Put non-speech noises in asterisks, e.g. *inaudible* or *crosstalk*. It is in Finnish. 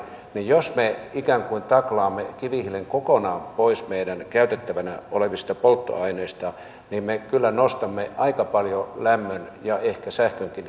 niin jos me ikään kuin taklaamme kivihiilen kokonaan pois meidän käytettävänä olevista polttoaineista me kyllä nostamme aika paljon lämmön ja ehkä sähkönkin *unintelligible*